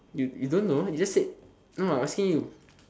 you you don't know you just said no I asking you